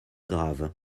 grave